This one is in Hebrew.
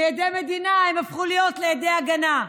מעדי מדינה הם הפכו להיות עדי הגנה.